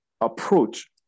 approach